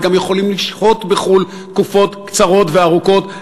הם גם יכולים לשהות בחו"ל תקופות קצרות וארוכות,